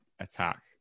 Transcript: attack